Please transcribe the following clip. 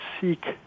seek